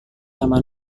nama